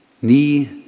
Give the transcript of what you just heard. Nie